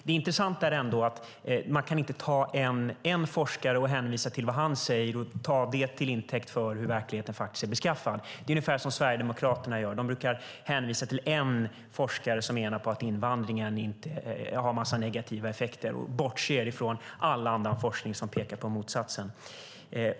Det intressanta är ändå att man inte kan ta en forskare och hänvisa till vad han säger och ta det till intäkt för hur verkligheten faktiskt är beskaffad. Det är ungefär som Sverigedemokraterna gör. De brukar hänvisa till en forskare som menar att invandringen har en massa negativa effekter och bortser från all annan forskning som pekar på motsatsen.